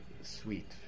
sweet